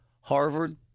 Harvard